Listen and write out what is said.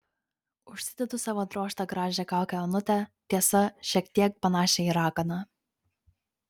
užsidedu savo drožtą gražią kaukę onutę tiesa šiek tiek panašią į raganą